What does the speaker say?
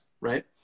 right